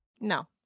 No